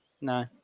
No